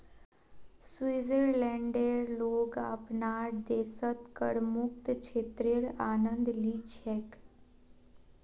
स्विट्जरलैंडेर लोग अपनार देशत करमुक्त क्षेत्रेर आनंद ली छेक